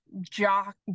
Jock